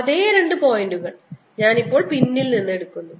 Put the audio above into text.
അതേ രണ്ട് പോയിന്റുകൾ ഞാൻ ഇപ്പോൾ പിന്നിൽ നിന്ന് എടുക്കുന്നു